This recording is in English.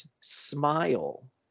Smile